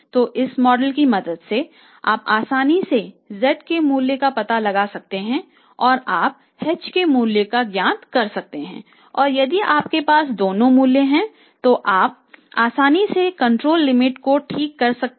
तो इस मॉडल की मदद से आप आसानी से z के मूल्य का पता लगा सकते हैं और आप h के मूल्य का ज्ञात कर सकते हैं और यदि आपके पास दोनों के मूल्य हैं तो आप आसानी से कंट्रोल लिमिट को ठीक कर सकते हैं